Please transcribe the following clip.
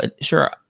Sure